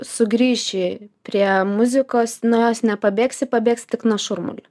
sugrįši prie muzikos nuo jos nepabėgsi pabėgsi tik nuo šurmulio